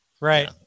Right